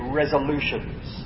resolutions